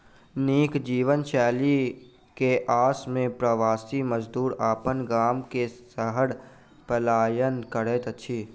नीक जीवनशैली के आस में प्रवासी मजदूर अपन गाम से शहर पलायन करैत अछि